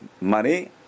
money